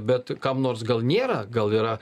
bet kam nors gal nėra gal yra